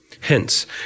Hence